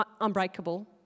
unbreakable